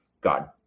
God